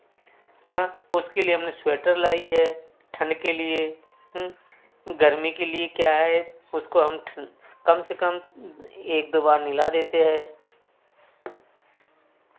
उसके लिए हमने स्वेटर लाई हैं ठंड के लिए गर्मी के लिए क्या है उसको हम काम से कम एक दो बार नहला देते हैं